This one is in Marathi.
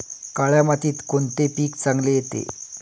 काळ्या मातीत कोणते पीक चांगले येते?